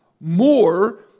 more